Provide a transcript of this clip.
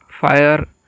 fire